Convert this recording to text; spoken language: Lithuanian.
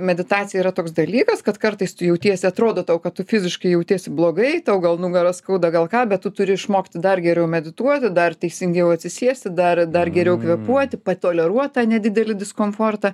meditacija yra toks dalykas kad kartais tu jautiesi atrodo tau kad tu fiziškai jautiesi blogai tau gal nugarą skauda gal ką bet tu turi išmokti dar geriau medituoti dar teisingiau atsisėsti dar dar geriau kvėpuoti toleruot tą nedidelį diskomfortą